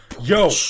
Yo